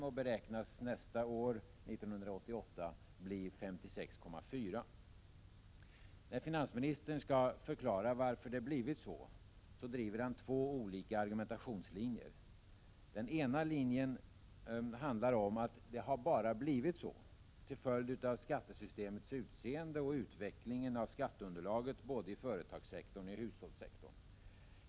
Den beräknas nästa år bli 56,4 96. När finansministern skall förklara varför det blivit så driver han två olika argumentationslinjer. Den ena går ut på att det bara blivit så till följd av skattesystemets utseende och utvecklingen av skatteunderlaget både i företagssektorn och i hushållssektorn.